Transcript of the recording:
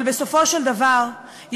אבל בסופו של דבר,